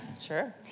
sure